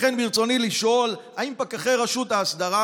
לכן ברצוני לשאול: האם פקחי רשות ההסדרה